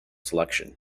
selection